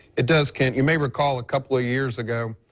it does, kent. you may recall a couple of years ago,